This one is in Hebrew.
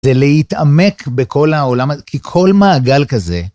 זה להתעמק בכל העולם הזה, כי כל מעגל כזה.